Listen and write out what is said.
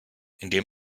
indem